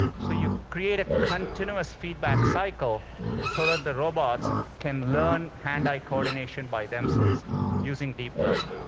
so you create a continuous feedback cycle so that the robots can learn hand-eye coordination by themselves using deep learning.